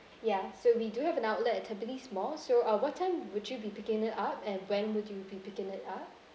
ya so we do have an outlet at tampines mall so uh what time would you be picking it up and when would you be picking it up